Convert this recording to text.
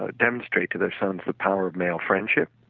ah demonstrate to their sons the power of male friendship,